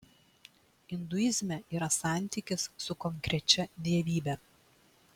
induizme yra santykis su konkrečia dievybe